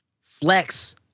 flex